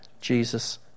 Jesus